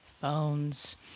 Phones